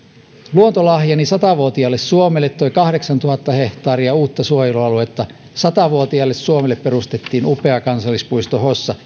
luontolahjani satavuotiaalle suomelle toi kahdeksantuhatta hehtaaria uutta suojelualuetta satavuotiaalle suomelle perustettiin upea kansallispuisto hossa